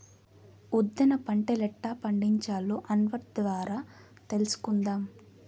ఉద్దేన పంటలెట్టా పండించాలో అన్వర్ ద్వారా తెలుసుకుందాం